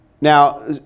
Now